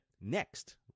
next